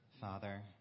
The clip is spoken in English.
Father